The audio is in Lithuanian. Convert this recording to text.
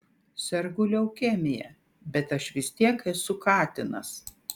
sergu leukemija bet aš vis tiek esu katinas